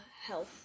health